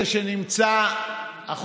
אדוני היושב-ראש,